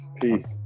Peace